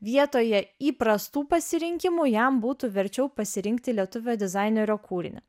vietoje įprastų pasirinkimų jam būtų verčiau pasirinkti lietuvio dizainerio kūrinį